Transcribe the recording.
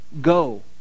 go